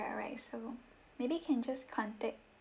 alright so maybe can just contact